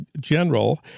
general